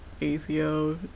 Atheo